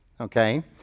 okay